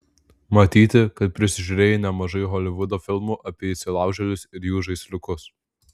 matyti kad prisižiūrėjai nemažai holivudo filmų apie įsilaužėlius ir jų žaisliukus